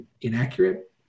inaccurate